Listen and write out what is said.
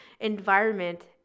environment